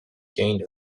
gained